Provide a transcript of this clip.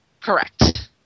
Correct